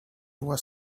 was